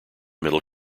middle